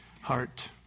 heart